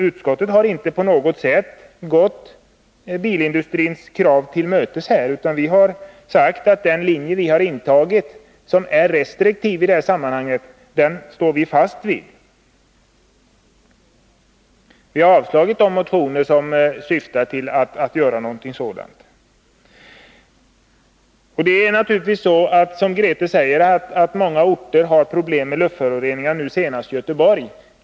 Utskottet har inte på något sätt gått bilindustrins krav till mötes, utan vi har sagt att den linje vi har intagit, som är restriktiv, står vi fast vid. Utskottet har avstyrkt de motioner som syftar till lättnader för bilindustrin i det här avseendet. Det är naturligtvis som Grethe Lundblad säger, att många orter har problem med luftföroreningar, nu senast Göteborg.